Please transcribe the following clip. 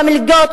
במלגות,